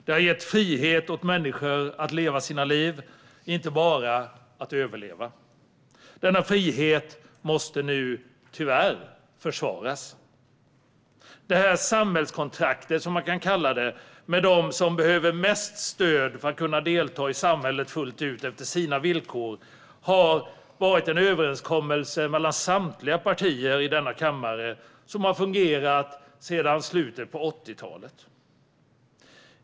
Den har gett frihet åt människor att leva sina liv, inte bara överleva. Denna frihet måste nu, tyvärr, försvaras. Detta samhällskontrakt, som man kan kalla det, med dem som behöver mest stöd för att kunna delta i samhället fullt ut efter sina villkor har varit en överenskommelse mellan samtliga partier i denna kammare och har fungerat sedan slutet av 80-talet.